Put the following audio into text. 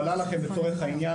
לצורך העניין,